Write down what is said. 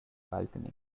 balcony